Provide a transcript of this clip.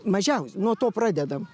mažiausiai nuo to pradedam